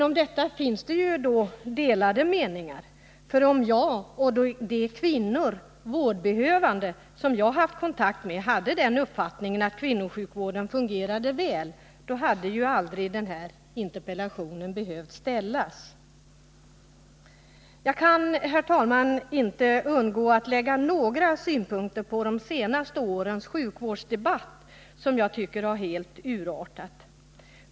Om detta finns det delade meningar ty om jag och de vårdbehövande kvinnor som jag har haft kontakt med hade den uppfattningen att kvinnovården fungerar väl hade den här interpellationen aldrig behövt framställas. Jag kan, herr talman, inte låta bli att anlägga några synpunkter på de senaste årens sjukvårdsdebatt som jag tycker har helt urartat.